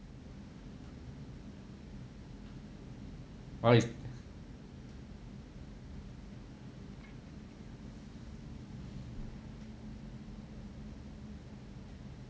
but is